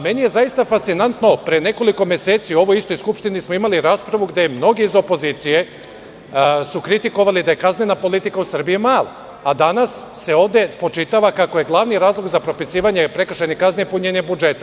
Meni je zaista fascinantno, pre nekoliko meseci u ovoj istoj Skupštini smo imali raspravu gde su mnogi iz opozicije kritikovali da je kaznena politika u Srbiji mala, a danas se ovde spočitava kako je glavni razlog za propisivanje prekršajnih kazni punjenje budžeta.